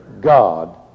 God